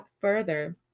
further